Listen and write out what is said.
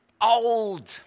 old